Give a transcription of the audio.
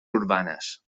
urbanes